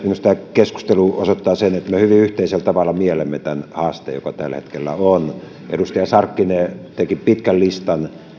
keskustelu osoittaa sen että me hyvin yhteisellä tavalla miellämme tämän haasteen joka tällä hetkellä on edustaja sarkkinen teki pitkän listan